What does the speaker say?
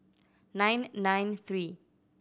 nine nine three